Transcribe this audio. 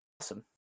Awesome